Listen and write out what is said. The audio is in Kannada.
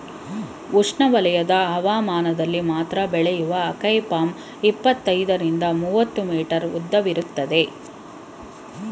ಉಷ್ಣವಲಯದ ಹವಾಮಾನದಲ್ಲಿ ಮಾತ್ರ ಬೆಳೆಯುವ ಅಕೈ ಪಾಮ್ ಇಪ್ಪತ್ತೈದರಿಂದ ಮೂವತ್ತು ಮೀಟರ್ ಉದ್ದವಿರ್ತದೆ